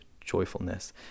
joyfulness